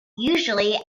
usually